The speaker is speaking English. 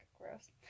gross